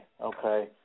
okay